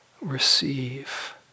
receive